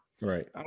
Right